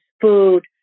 food